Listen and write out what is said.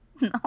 No